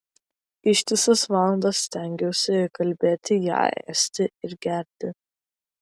ištisas valandas stengiausi įkalbėti ją ėsti ir gerti